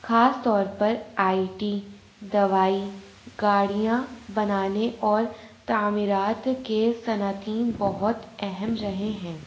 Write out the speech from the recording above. خاص طور پر آئی ٹی دوائی گاڑیاں بنانے اور تعمیرات کے صنعتیں بہت اہم رہے ہیں